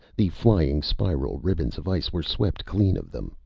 the flying spiral ribbons of ice were swept clean of them,